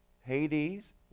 Hades